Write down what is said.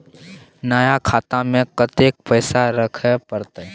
नया खाता में कत्ते पैसा रखे परतै?